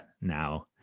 now